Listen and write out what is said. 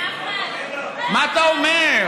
נחמן, נחמן, מה אתה אומר?